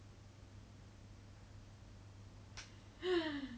revealing mate~ in revealing clothing that's all they are to them